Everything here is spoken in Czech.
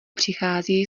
přichází